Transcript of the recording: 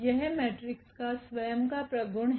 यह मेट्रिक्स का स्वयं का प्रगुण है